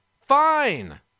Fine